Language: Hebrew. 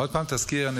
עוד פעם, תזכיר.